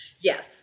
Yes